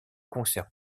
concerts